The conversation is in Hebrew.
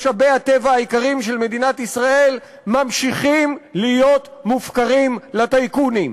משאבי הטבע היקרים של מדינת ישראל ממשיכים להיות מופקרים לטייקונים.